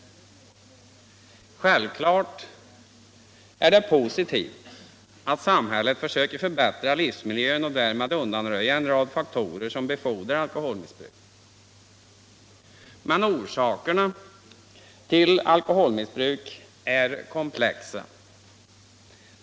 Självfallet är det positivt att samhället söker förbättra livsmiljön och därmed undanröja en rad faktorer som befordrar alkoholmissbruk. Men orsakerna till alkoholmissbruk är komplexa.